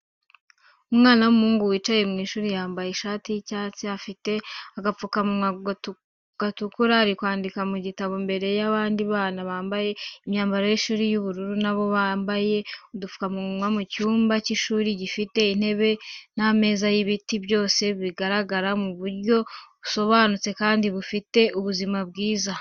Umwana w'umuhungu wicaye mu ishuri yambaye ishati y'ikibatsi, afite agapfukamunwa gatukura, ari kwandika mu gitabo imbere y'abandi bana bambaye imyambaro y'ishuri y'ubururu, na bo bambaye udupfukamunwa mu cyumba cy'ishuri gifite intebe n'ameza y'ibiti, byose bigaragara mu buryo busobanutse kandi bufite ubuzima bwiza.